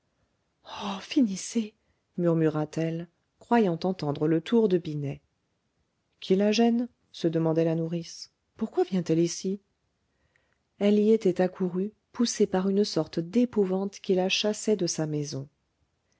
finissez murmura-t-elle croyant entendre le tour de binet qui la gêne se demandait la nourrice pourquoi vient-elle ici elle y était accourue poussée par une sorte d'épouvante qui la chassait de sa maison